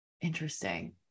interesting